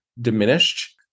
diminished